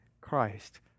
Christ